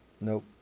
nope